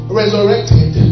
resurrected